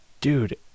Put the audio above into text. dude